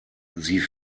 sie